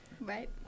Right